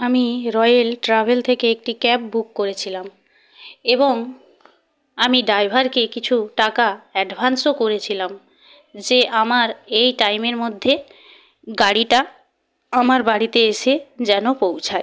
আমি Royal Travel থেকে একটি ক্যাব বুক করেছিলাম এবং আমি ড্ৰাইভারকে কিছু টাকা অ্যাডভান্সও করেছিলাম যে আমার এই টাইমের মধ্যে গাড়িটা আমার বাড়িতে এসে যেন পৌঁছায়